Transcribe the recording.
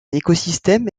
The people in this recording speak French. écosystème